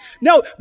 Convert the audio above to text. No